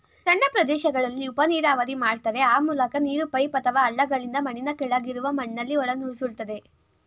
ಸಣ್ಣ ಪ್ರದೇಶಗಳಲ್ಲಿ ಉಪನೀರಾವರಿ ಮಾಡ್ತಾರೆ ಆ ಮೂಲಕ ನೀರು ಪೈಪ್ ಅಥವಾ ಹಳ್ಳಗಳಿಂದ ಮಣ್ಣಿನ ಕೆಳಗಿರುವ ಮಣ್ಣಲ್ಲಿ ಒಳನುಸುಳ್ತದೆ